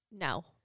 No